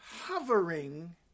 hovering